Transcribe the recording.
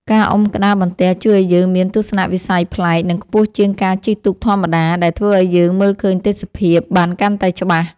ការអុំក្តារបន្ទះជួយឱ្យយើងមានទស្សនវិស័យប្លែក និងខ្ពស់ជាងការជិះទូកធម្មតា ដែលធ្វើឱ្យយើងមើលឃើញទេសភាពបានកាន់តែច្បាស់។